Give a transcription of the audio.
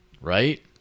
Right